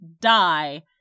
die